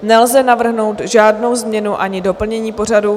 Nelze navrhnout žádnou změnu ani doplnění pořadu.